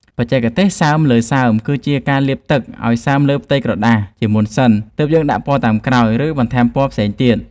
បច្ចេកទេសសើមលើសើមគឺជាការលាបទឹកឱ្យសើមលើផ្ទៃក្រដាសជាមុនសិនទើបយើងដាក់ពណ៌តាមក្រោយ ឬ បន្ថែមពណ៌ផ្សេងទៀត។